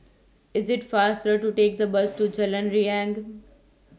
IS IT faster to Take The Bus to Jalan Riang